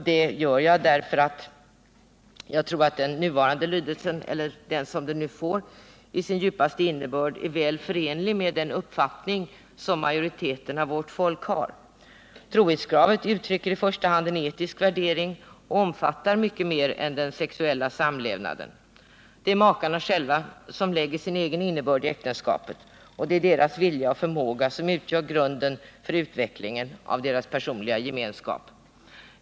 Det gör jag därför att jag tror att den lydelse som den nu får i sin djupaste innebörd är väl förenlig med den uppfattning som majoriteten av vårt folk hyser. Trohetskravet uttrycker i första hand en etisk värdering och omfattar mycket mer än den sexuella samlevnaden. Det är makarna själva som lägger sin egen innebörd i orden om äktenskapet, och det är deras vilja och förmåga som utgör grunden för utvecklingen av deras personliga gemenskap.